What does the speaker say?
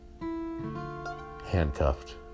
Handcuffed